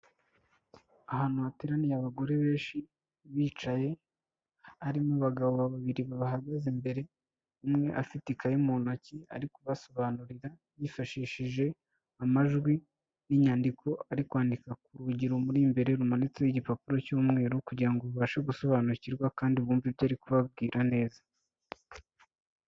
Ahantu hateraniye abagore benshi bicaye, harimo abagabo babiri babahagaze imbere , umwe afite ikayi mu ntoki ari kubasobanurira, yifashishije amajwi n'inyandiko ari kwandika ku rugi rumuri imbere rumanitseho igipapuro cy'umweru, kugirango babashe gusobanukirwa kandi bumve ibyo ari kubabwira neza.